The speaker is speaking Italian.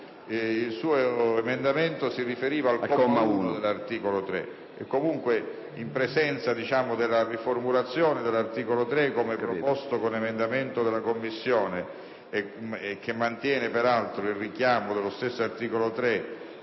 il suo emendamento si riferiva al comma 1 dell'articolo 3. Comunque, in presenza della riformulazione dell'articolo 3 proposta dalla Commissione - che mantiene peraltro il richiamo dello stesso articolo 3